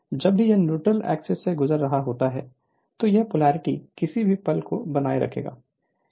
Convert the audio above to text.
जब भी यह न्यूट्रल एक्सिस से गुजर रहा होता है तो यह पोलैरिटी किसी भी पल को बनाए रखेगा